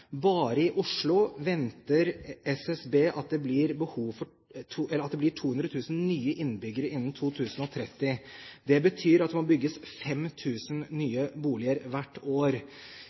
Bare i Oslo venter SSB at det blir 200 000 nye innbyggere innen 2030. Det betyr at det må bygges 5 000 nye boliger hvert år.